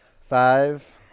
Five